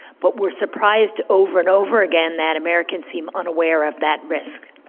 what we're surprised over and over again that americans seem unaware of that risk.